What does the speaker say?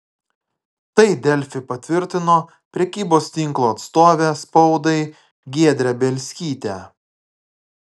tai delfi patvirtino prekybos tinklo atstovė spaudai giedrė bielskytė